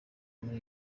muri